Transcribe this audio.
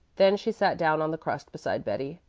then she sat down on the crust beside betty.